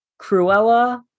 Cruella